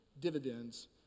dividends